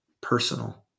personal